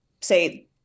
say